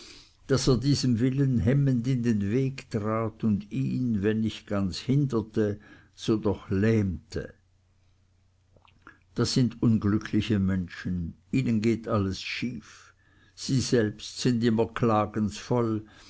daß er diesem willen hemmend in den weg trat und ihn wenn nicht ganz hinderte so doch lähmte das sind unglückliche menschen ihnen geht alles schief sie selbst sind immer klagens voll